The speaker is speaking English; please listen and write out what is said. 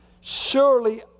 Surely